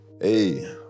Hey